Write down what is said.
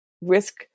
risk